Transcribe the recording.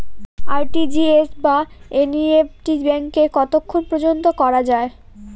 RTGS বা NEFT ব্যাংকে কতক্ষণ পর্যন্ত করা যায়?